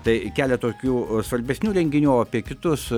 tai kelia tokių svarbesnių renginių apie kitus